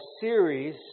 series